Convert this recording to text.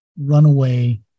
runaway